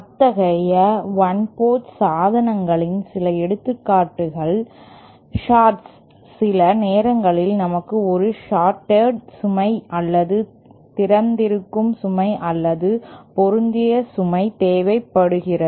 அத்தகைய 1 போர்ட் சாதனங்களின் சில எடுத்துக்காட்டுகள் ஷார்ட்ஸ் சில நேரங்களில் நமக்கு ஒரு ஷார்ட்டெட் சுமை அல்லது திறந்திருக்கும் சுமை அல்லது பொருந்திய சுமை தேவைப்படுகிறது